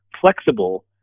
flexible